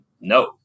no